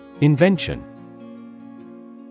Invention